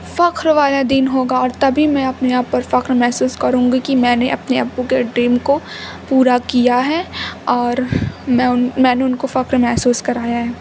فخر والا دن ہوگا اور تبھی میں اپنے آپ پر فخر محسوس کروں گی کہ میں نے اپنے ابو کے ڈریم کو پورا کیا ہے اور میں ان میں نے ان کو فخر محسوس کرایا ہے